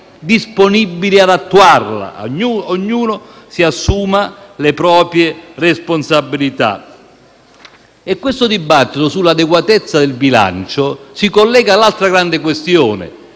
disponibili a farlo. Ognuno si assuma le proprie responsabilità. Questo dibattito sull'adeguatezza del bilancio si collega all'altra grande questione,